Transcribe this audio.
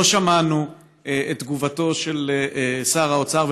לא שמענו את תגובתו של שר האוצר,